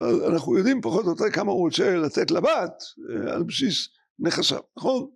אנחנו יודעים פחות או יותר כמה הוא רוצה לתת לבת על בסיס נכסיו, נכון?